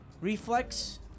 Reflex